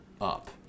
up